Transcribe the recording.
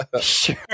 sure